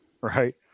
right